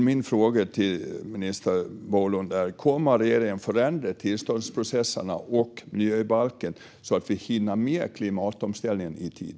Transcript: Min fråga till minister Bolund är: Kommer regeringen att förändra tillståndsprocesserna och miljöbalken så att vi hinner med klimatomställningen i tid?